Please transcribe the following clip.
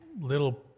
little